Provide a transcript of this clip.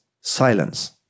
silence